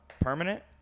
permanent